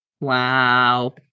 Wow